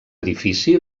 edifici